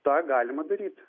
tą galima daryti